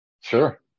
Sure